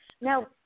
Now